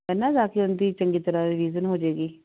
ਹੈ ਨਾ ਜਾ ਕੇ ਉਹਨਾਂ ਦੀ ਚੰਗੀ ਤਰ੍ਹਾਂ ਰਵੀਜ਼ਨ ਹੋ ਜੇਗੀ